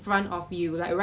managed to be there